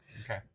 Okay